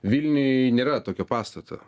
vilniuj nėra tokio pastato